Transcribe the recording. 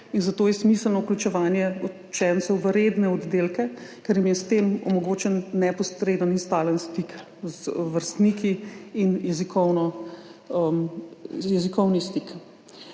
zato je smiselno vključevanje učencev v redne oddelke, ker jim je s tem omogočen neposreden in stalen stik z vrstniki in jezikovni stik.